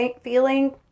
feeling